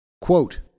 Quote